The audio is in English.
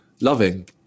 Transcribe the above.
loving